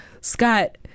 Scott